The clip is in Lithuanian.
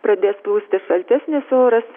pradės plūsti šaltesnis oras